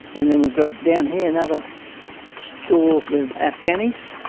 and then we've got down here another stall with afghanis,